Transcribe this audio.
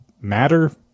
matter